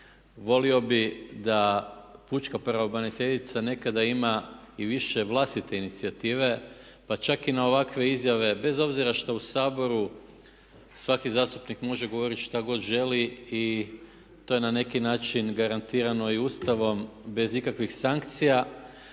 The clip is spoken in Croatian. volio bih da pučka pravobraniteljica nekada ima i više vlastite inicijative pa čak i na ovakve izjave bez obzira što u Saboru svaki zastupnik može govoriti što god želi i to je na neki način garantirano i Ustavom bez ikakvih sankcija.